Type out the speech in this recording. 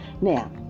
now